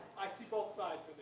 i see both sides